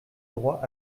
droit